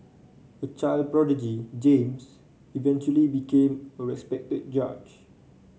a child prodigy James eventually became a respected judge